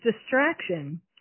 distraction